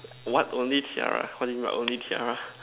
what only tiara what do you mean by only tiara